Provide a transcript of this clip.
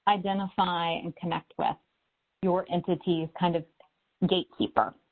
identify and connect with your entity's kind of gatekeeper.